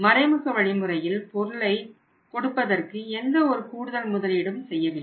மறைமுக வழிமுறையில் பொருளை கொடுப்பதற்கு எந்த ஒரு கூடுதல் முதலீடும் செய்யவில்லை